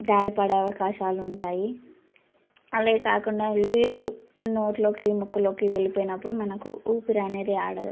జారి పడే అవకాశాలుంటాయి అలాగే కాకుండా నీళ్ళు నోట్లోకి ముక్కులోకి వెళ్ళిపోయినప్పుడు మనకు ఊపిరి అనేది ఆడదు